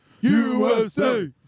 USA